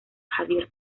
javier